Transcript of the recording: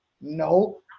No